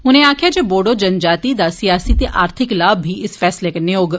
उनें आक्खेया जे बोडो जन जाती दा सियासी ते आर्थिक लाभ बी इस फैसले कन्नै होग